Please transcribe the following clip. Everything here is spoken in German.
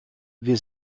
wir